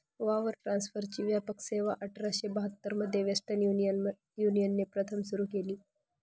wire ट्रान्सफरची व्यापक सेवाआठराशे बहात्तर मध्ये वेस्टर्न युनियनने प्रथम सुरू केली